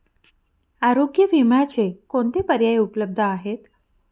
आरोग्य विम्याचे कोणते पर्याय उपलब्ध आहेत?